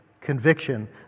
Conviction